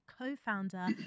co-founder